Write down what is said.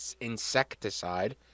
insecticide